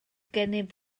gennyf